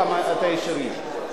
את הישירים.